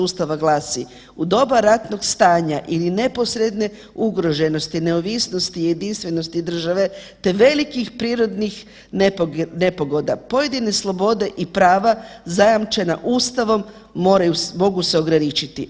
Ustava glasi „U doba ratnog stanja ili neposredne ugroženosti neovisnosti i jedinstvenosti države te velikih prirodnih nepogoda, pojedine slobode i prava zajamčena Ustavom mogu se ograničiti.